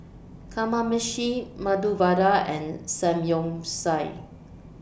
Kamameshi Medu Vada and Samgyeopsal